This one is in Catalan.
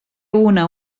una